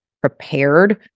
prepared